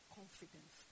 confidence